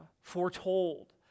foretold